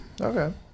Okay